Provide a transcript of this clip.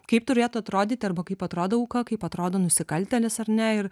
kaip turėtų atrodyti arba kaip atrodo auka kaip atrodo nusikaltėlis ar ne ir